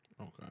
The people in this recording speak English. Okay